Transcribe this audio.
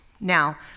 Now